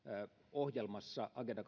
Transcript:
ohjelmassa agenda